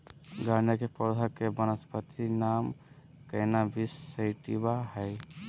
गाँजा के पौधा के वानस्पति नाम कैनाबिस सैटिवा हइ